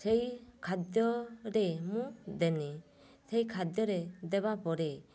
ସେହି ଖାଦ୍ୟରେ ମୁଁ ଦେଲି ସେହି ଖାଦ୍ୟରେ ଦେବା ପରେ